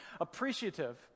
appreciative